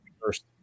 first